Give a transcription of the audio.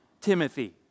Timothy